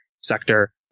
sector